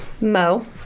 Mo